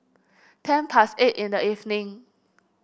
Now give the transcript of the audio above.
ten past eight in the evening